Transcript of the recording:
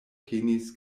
penis